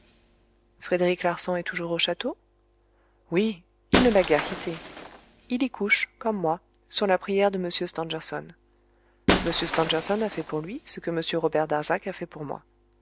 frédéric larsan est toujours au château oui il ne l'a guère quitté il y couche comme moi sur la prière de m stangerson m stangerson a fait pour lui ce que m robert darzac a fait pour moi